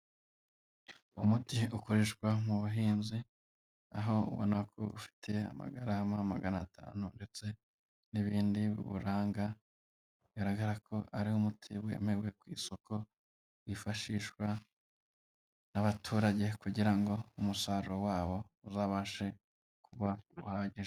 Umuti ukoreshwa mu buhinzi, aho ubona ko ufite amagarama magana atanu, ndetse n'ibindi biwuranga, bigaragara ko ari umuti wemewe ku isoko, wifashishwa n'abaturage kugira ngo umusaruro wabo uzabashe kuba uhagije.